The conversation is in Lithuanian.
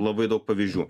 labai daug pavyzdžių